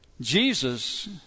Jesus